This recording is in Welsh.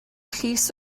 llys